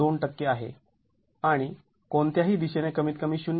२ टक्के आहे आणि कोणत्याही दिशेने कमीतकमी ०